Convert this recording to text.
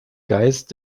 geist